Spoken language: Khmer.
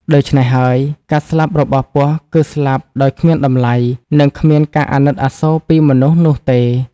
ដូច្នេះហើយ ការស្លាប់របស់ពស់គឺស្លាប់ដោយគ្មានតម្លៃ និងគ្មានការអាណិតអាសូរពីមនុស្សនោះទេ ។